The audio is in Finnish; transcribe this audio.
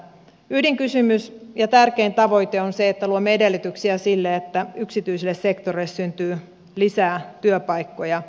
ydinkysymys ja tärkein tavoite on se että luomme edellytyksiä sille että yksityiselle sektorille syntyy lisää työpaikkoja